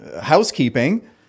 housekeeping